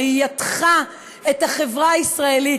ראייתך את החברה הישראלית,